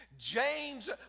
James